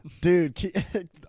Dude